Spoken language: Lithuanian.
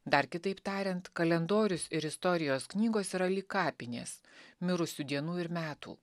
dar kitaip tariant kalendorius ir istorijos knygos yra lyg kapinės mirusių dienų ir metų